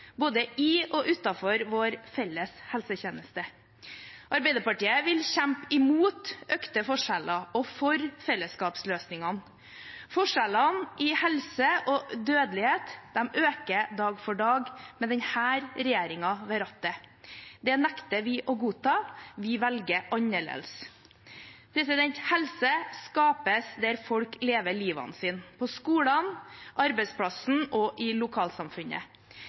både i og utenfor vår felles helsetjeneste. Arbeiderpartiet vil kjempe mot økte forskjeller og for fellesskapsløsningene. Forskjellene i helse og dødelighet øker dag for dag med denne regjeringen ved rattet. Det nekter vi å godta, vi velger annerledes. Helse skapes der folk lever livet sitt – på skolene, på arbeidsplassen og i lokalsamfunnet.